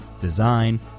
design